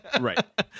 Right